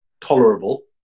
tolerable